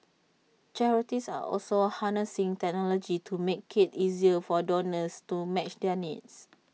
charities are also harnessing technology to make IT easier for donors to match their needs